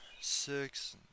Six